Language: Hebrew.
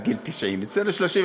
עד גיל 90. אצלנו 35,